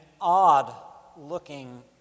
odd-looking